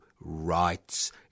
rights